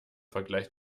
vergleich